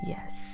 Yes